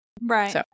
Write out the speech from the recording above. Right